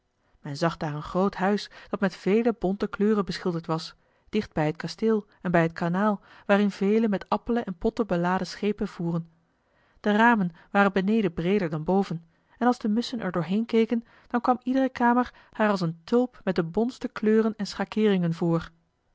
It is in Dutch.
men zag daar een groot huis dat met vele bonte kleuren beschilderd was dicht bij het kasteel en bij het kanaal waarin vele met appelen en potten beladen schepen voeren de ramen waren beneden breeder dan boven en als de musschen er doorheen keken dan kwam iedere kamer haar als een tulp met de bontste kleuren en schakeeringen voor